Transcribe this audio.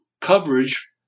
coverage